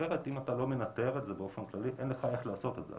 אחרת אם אתה לא מנטר את זה באופן כללי אין לך איך לעשות את זה,